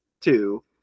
two